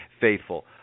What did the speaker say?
faithful